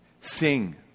Sing